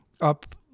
up